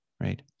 right